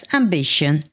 ambition